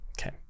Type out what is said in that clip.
Okay